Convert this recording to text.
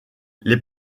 les